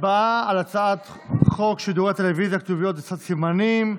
הצבעה על הצעת חוק שידורי טלוויזיה (כתוביות ושפת סימנים)